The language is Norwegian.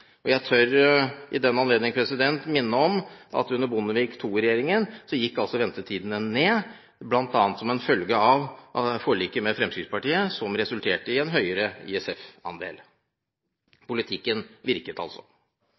Samhandlingsreformen. Jeg tør i den anledning minne om at under Bondevik II-regjeringen gikk ventetidene ned, bl.a. som en følge av forliket med Fremskrittspartiet som resulterte i en høyere ISF-andel. Politikken virket altså.